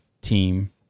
team